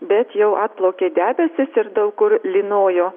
bet jau atplaukė debesys ir daug kur lynojo